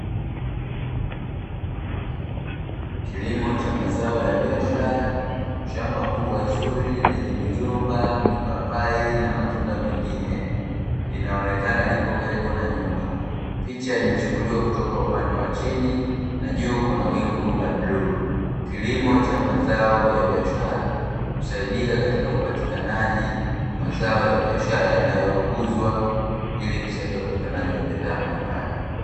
Kilimo cha mazao ya biashara, shamba kubwa zuri lenye migomba, mipapai na matunda mengine, linaonekana lipo karibu na nyumba. Picha imechukuliwa kutoka upande wa chini, na juu kuna wingu la bluu. Kilimo cha mazao ya biashara husaidia katika upatikanaji wa mazao ya biashara yanayouzwa ili kusaidia upatikanaji wa bidhaa mbalimbali.